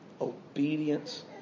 Obedience